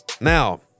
Now